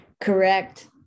Correct